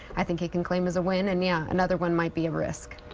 i think he can claim as a win. and yeah, another one might be a risk.